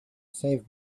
safe